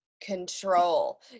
control